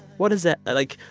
what is that like,